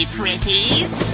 pretties